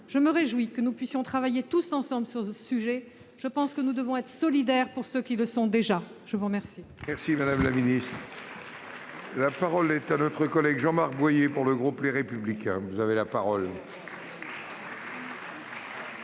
Je me réjouis que nous puissions travailler tous ensemble sur ce sujet. Je pense que nous devons être solidaires envers ceux qui le sont déjà. La parole